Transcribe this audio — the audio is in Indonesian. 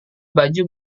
baju